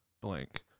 blank